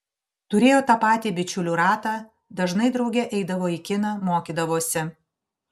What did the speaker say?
turėjo tą patį bičiulių ratą dažnai drauge eidavo į kiną mokydavosi